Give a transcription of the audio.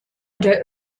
der